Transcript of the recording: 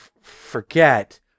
forget